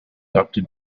doctor